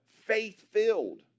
faith-filled